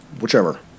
whichever